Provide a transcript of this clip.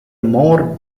more